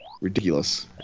Ridiculous